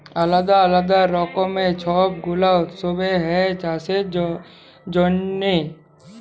আলদা আলদা রকমের ছব গুলা উৎসব হ্যয় চাষের জনহে